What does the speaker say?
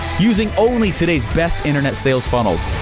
using only today's best internet sales funnels.